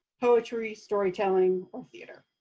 poetry, storytelling, or theater.